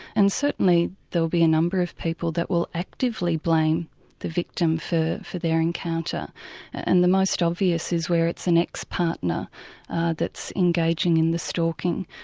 and certainly there'll be a number of people that will actively blame the victim for for their encounter and the most obvious is where it's an ex-partner that's engaging in the stalking.